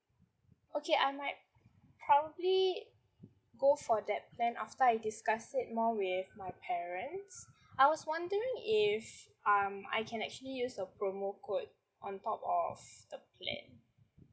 okay I'm might probably go for that plan after I discuss it more with my parents I was wondering if um I can actually use a promo code on top of the plan